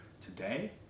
today